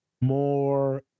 more